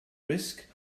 risk